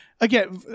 again